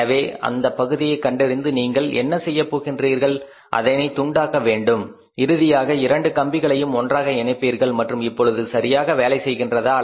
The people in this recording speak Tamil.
எனவே அந்தப் பகுதியை கண்டறிந்து நீங்கள் என்ன செய்யப் போகின்றீர்கள் அதனை துண்டாக்க வேண்டும இறுதியாக இரண்டு கம்பிகளையும் ஒன்றாக இணைப்பீர்கள் மற்றும் இப்பொழுது சரியாக வேலை செய்கின்றதா